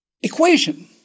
equation